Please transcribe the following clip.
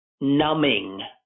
numbing